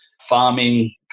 farming